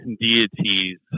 deities